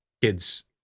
kids